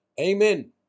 Amen